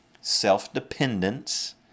self-dependence